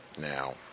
Now